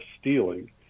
stealing